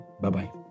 Bye-bye